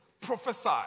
prophesy